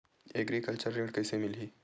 Agriculture ऋण कइसे मिलही?